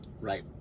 Right